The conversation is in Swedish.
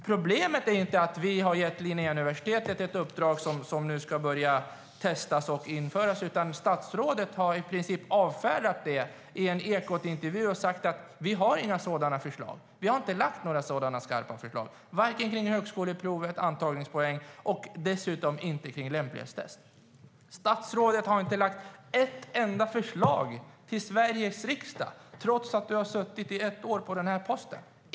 Problemet är inte att vi har gett Linnéuniversitetet ett uppdrag som nu ska börja testas och införas, utan problemet är att statsrådet i princip har avfärdat det när hon i en Eko intervju sagt att man inte har några sådana förslag, att man inte har lagt fram några sådana skarpa förslag varken beträffande högskoleprovet och antagningspoängen eller beträffande lämplighetstester. Statsrådet har inte lagt fram ett enda förslag till Sveriges riksdag trots att hon suttit ett år på sin post.